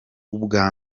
ubwa